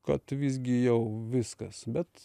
kad visgi jau viskas bet